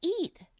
eat